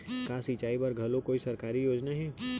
का सिंचाई बर घलो कोई सरकारी योजना हे?